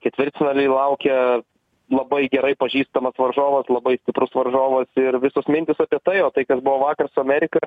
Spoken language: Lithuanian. ketvirtfinaliai laukia labai gerai pažįstamas varžovas labai stiprus varžovas ir visos mintys apie tai o tai kad buvo vakaras su amerika